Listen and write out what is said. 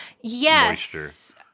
Yes